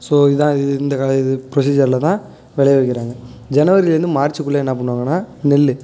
so இதுதான் இது இந்த கால இது ப்ரொசீஜரில் தான் விளைவிக்கிறாங்க ஜனவரிலேருந்து மார்ச்சுக்குள்ளே என்ன பண்ணுவாங்கன்னால் நெல்